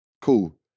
cool